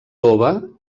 tova